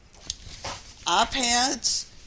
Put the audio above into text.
iPads